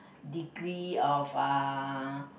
degree of uh